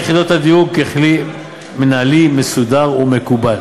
יחידות הדיור ככלי מינהלי מסודר ומקובל.